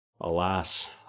Alas